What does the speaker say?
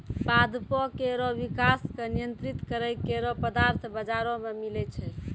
पादपों केरो विकास क नियंत्रित करै केरो पदार्थ बाजारो म मिलै छै